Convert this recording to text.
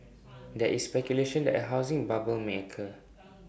there is speculation that A housing bubble may occur